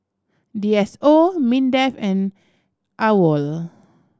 D S O MINDEF and AWOL